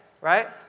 right